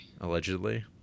Allegedly